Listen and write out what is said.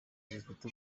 zifite